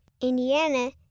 Indiana